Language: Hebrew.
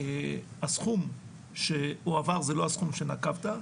הסכום שהועבר זה לא הסכום שנקבת,